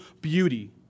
beauty